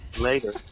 Later